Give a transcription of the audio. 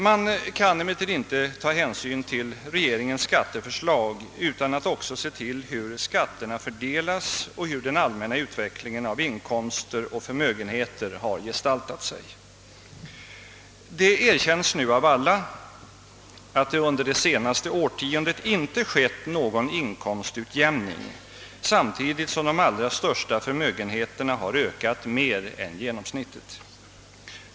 Man kan emellertid inte ta hänsyn till regeringens skatteförslag utan att också se till hur skatterna fördelas och hur den allmänna utvecklingen av inkomster och förmögenheter har gestaltat sig. Det erkänns nu av alla att det under det senaste årtiondet inte skett någon inkomstutjämning samtidigt som de allra största förmögenheterna ökat mer än genomsnittet.